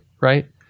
right